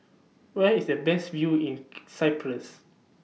Where IS The Best View in Cyprus